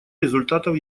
результатов